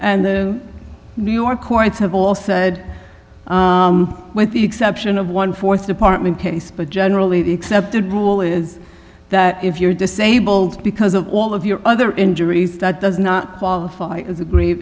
and the new york courts have all said with the exception of one th department case but generally accepted rule is that if you're disabled because of all of your other injuries that does not qualify as a great